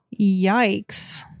yikes